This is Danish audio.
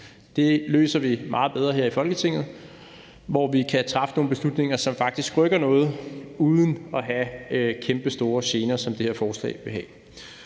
Det løser vi meget bedre her i Folketinget, hvor vi kan træffe nogle beslutninger, som faktisk rykker noget uden at have de kæmpestore gener, som det her forslag kan